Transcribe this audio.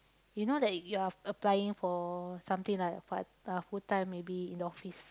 you know that you are applying for something lah a part uh full time maybe in the office